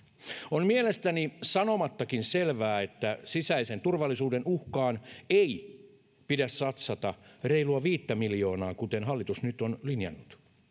on mielestäni sanomattakin selvää että sisäisen turvallisuuden uhkaan ei pidä satsata reilua viittä miljoonaa kuten hallitus nyt on linjannut